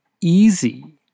easy